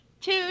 two